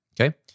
okay